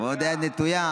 ועוד היד נטויה.